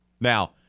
now